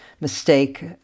mistake